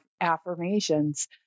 affirmations